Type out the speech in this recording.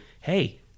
hey